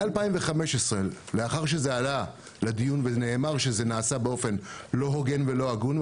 מ-2015 לאחר שזה עלה לדיון ונאמר שזה נעשה באופן לא הוגן ולא הגון,